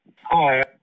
Hi